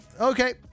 Okay